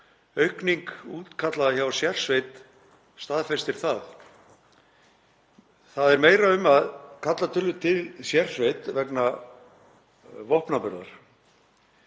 Aukning útkalla hjá sérsveit staðfestir það, meira er um að kalla þurfi til sérsveit vegna vopnaburðar.